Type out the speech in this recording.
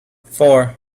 four